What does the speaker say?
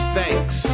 thanks